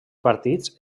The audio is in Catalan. partits